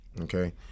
okay